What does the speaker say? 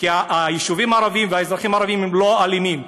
כי היישובים הערביים והאזרחים הערבים הם לא אלימים.